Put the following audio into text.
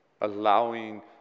allowing